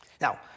Now